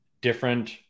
different